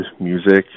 music